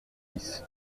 dix